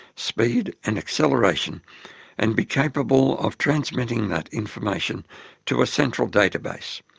speed and acceleration and be capable of transmitting that information to a central database.